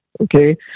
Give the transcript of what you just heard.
Okay